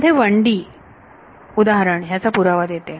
साधे 1D उदाहरण ह्याचा पुरावा देते